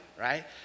right